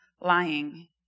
lying